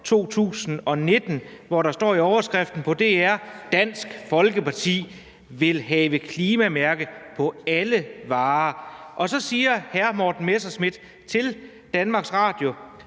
2019, hvor der står i overskriften på DR's hjemmeside: »DF vil have klimamærker på alle varer«. Og så siger hr. Morten Messerschmidt til DR: